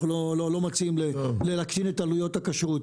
אנחנו לא מציעים להקטין את עלויות הכשרות.